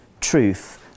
truth